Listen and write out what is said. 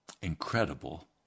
incredible